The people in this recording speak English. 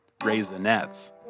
Raisinettes